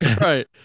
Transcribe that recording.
Right